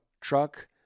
truck